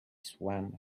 swam